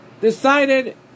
decided